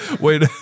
Wait